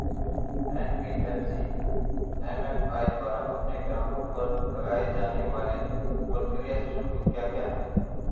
NBFC MFI द्वारा अपने ग्राहकों पर लगाए जाने वाले प्रक्रिया शुल्क क्या क्या हैं?